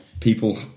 People